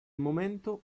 momento